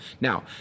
Now